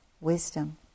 wisdom